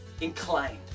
inclined